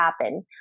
happen